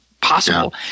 Possible